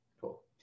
Cool